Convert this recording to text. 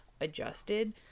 adjusted